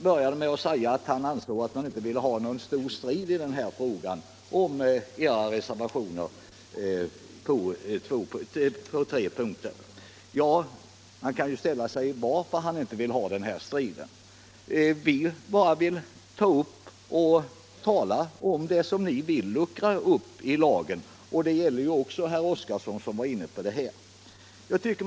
Herr Nilsson i Tvärålund sade att han inte vill ha någon stor strid på tre av de punkter där centerns representanter i utskottet har reserverat sig. Man kan ju fråga sig varför han inte vill ha den striden. Vi finner det viktigt att ta upp till diskussion att ni vill luckra upp lagen — jag vänder mig i det här sammanhanget också till herr Oskarson.